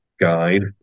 guide